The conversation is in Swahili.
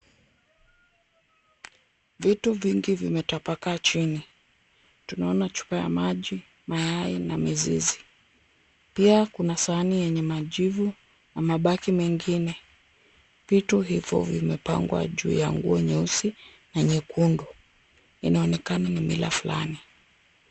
Vitu vingi vimetapakaa chini. Tunaona chupa ya maji ,mayai na mizizi pia kuna sahani yenye majivu, mabaki mengine. Vitu hivo vimepangwa juu ya nguo nyeusi na nyekundu. Inaonekana ni mila fulani.